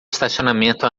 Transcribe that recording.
estacionamento